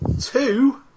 Two